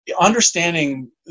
understanding